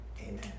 Amen